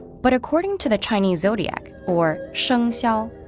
but according to the chinese zodiac, or shengxiao,